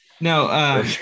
no